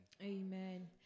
Amen